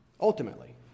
ultimately